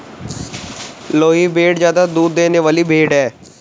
लोही भेड़ ज्यादा दूध देने वाली भेड़ है